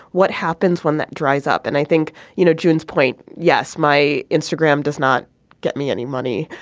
what happens when that dries up and i think you know june's point yes my instagram does not get me any money.